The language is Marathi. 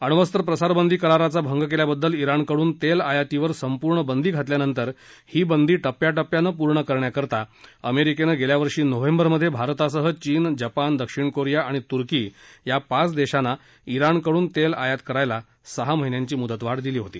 अणवस्त्र प्रसारबंदी कराराचा भंग केल्याबद्दल ाजिणकडून तेल आयातीवर संपूर्ण बंदी घातल्यानंतर ही बंदी टप्याटप्प्यानं पूर्ण करण्याकरता अमेरिकेनं गेल्या वर्षी नोव्हेंबरमध्ये भारतासह चीन जपान दक्षिण कोरिया आणि तुर्की या पाच देशांना जिणकडून तेल आयात करायला सहा महिन्यांची मुदतवाढ दिली होती